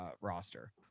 roster